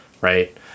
right